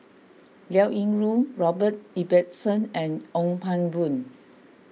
Liao Yingru Robert Ibbetson and Ong Pang Boon